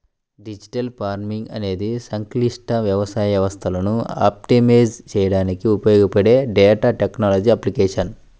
digital farming అనేది సంక్లిష్ట వ్యవసాయ వ్యవస్థలను ఆప్టిమైజ్ చేయడానికి ఉపయోగపడే డేటా టెక్నాలజీల అప్లికేషన్